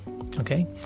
okay